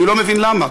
אני לא מבין למה,